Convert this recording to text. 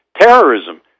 terrorism